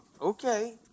Okay